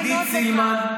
עידית סילמן,